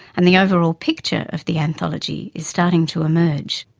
and the overall picture of the anthology is starting to emerge.